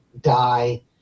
die